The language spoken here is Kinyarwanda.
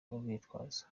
urwitwazo